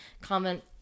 comment